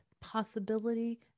possibility